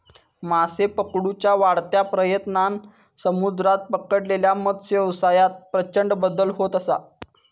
मासे पकडुच्या वाढत्या प्रयत्नांन समुद्रात पकडलेल्या मत्सव्यवसायात प्रचंड बदल होत असा